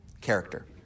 Character